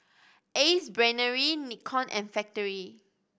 Ace Brainery Nikon and Factorie